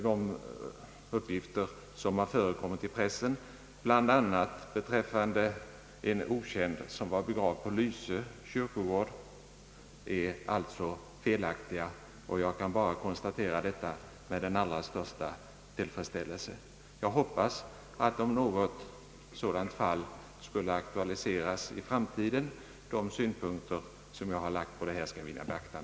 De uppgifter som förekommit i pressen, bl.a. beträffande en okänd som är begravd på Lyse kyrkogård, är alltså felaktiga. Jag konstaterar detta med den allra största tillfredsställelse. Jag hoppas, om något sådant fall skulle aktualiseras i framtiden, att de synpunkter jag lagt på denna fråga skall vinna beaktande.